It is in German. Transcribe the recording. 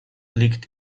liegt